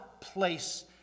place